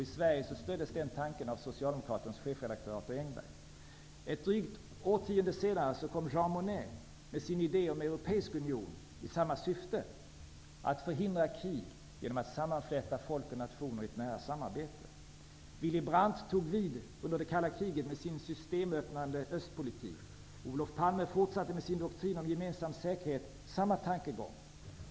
I Sverige stöddes den tanken av Socialdemokratens chefredaktör Arthur Ett drygt årtionde senare kom Jean Monnet med sin idé om en europeisk union i samma syfte, nämligen att förhindra krig genom att sammanfläta folk och nationer i ett nära samarbete. Willy Brandt tog vid under det kalla kriget med sin systemöppnande östpolitik. Olof Palme fortsatte samma tankegång med sin doktrin om gemensam säkerhet.